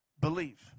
believe